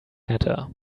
hatter